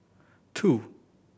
two